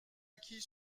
acquis